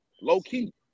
low-key